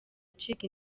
acika